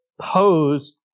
posed